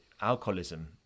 alcoholism